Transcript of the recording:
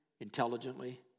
intelligently